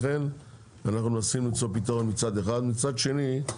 לכן, אנחנו מנסים למצוא פתרון מצד אחד, ומצד שני,